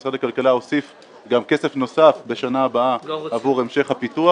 משרד הכלכלה הוסיף גם כסף נוסף בשנה הבאה עבור המשך הפיתוח.